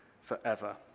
forever